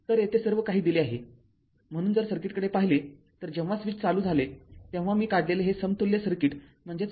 तर येथे सर्व काही दिले आहे म्हणून जर सर्किटकडे पाहिले तर जेव्हा स्विच चालू झाले तेव्हा मी काढलेले हे समतुल्य सर्किट आहे